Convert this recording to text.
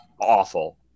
awful